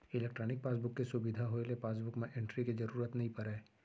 electronic passbook के सुबिधा होए ले पासबुक म एंटरी के जरूरत नइ परय